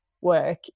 work